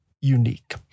unique